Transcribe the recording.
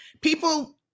People